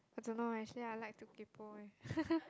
I don't know eh actually I like to kaypo eh